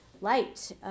light